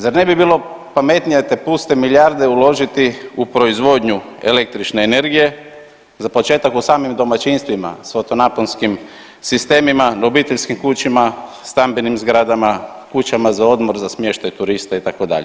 Zar ne bi bilo pametnije te puste milijarde uložiti u proizvodnju električne energije za početak u samim domaćinstvima svoto naponskim sistemima, obiteljskim kućama, stambenim zgradama, kućama za odmor za smještaj turista itd.